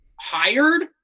hired